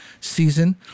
season